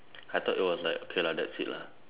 I thought it was like okay lah that's it lah